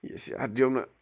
یہِ صحت دِیم نہٕ